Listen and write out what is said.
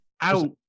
out